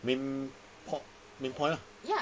mid~ midpoint lah